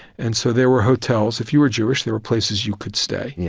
and so there were hotels. if you were jewish, there were places you could stay. yeah